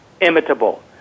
imitable